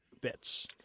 bits